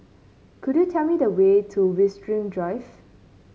could you tell me the way to Winstedt Drive